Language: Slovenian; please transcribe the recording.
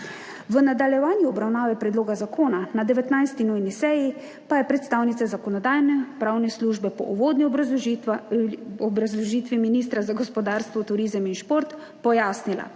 V nadaljevanju obravnave predloga zakona na 19. nujni seji pa je predstavnica Zakonodajno-pravne službe po uvodni obrazložitvi ministra za gospodarstvo, turizem in šport pojasnila,